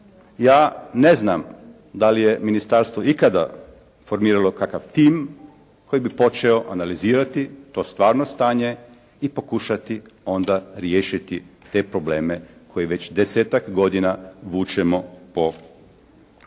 Ja ne znam da li je ministarstvo ikada formiralo kakav tim koji bi počeo analizirati to stvarno stanje i pokušati onda riješiti te probleme koji već 10-ak godina vučemo po raznim